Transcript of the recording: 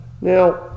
Now